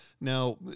Now